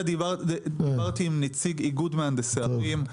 דיברתי עם נציג איגוד מהנדסי ערים.